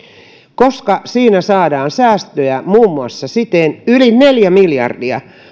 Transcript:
koska siinä saadaan säästöjä muun muassa siten yli neljä miljardia